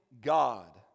God